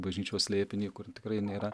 bažnyčios slėpinį kur tikrai nėra